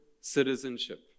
citizenship